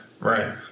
Right